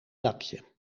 dakje